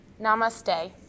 namaste